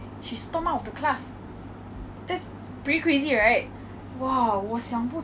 我最喜欢的老师还有我 least 的 favourite 的 teacher